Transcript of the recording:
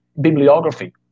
bibliography